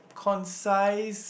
concise